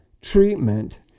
treatment